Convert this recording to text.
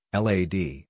LAD